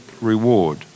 reward